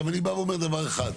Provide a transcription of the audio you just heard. אני אומר דבר אחד,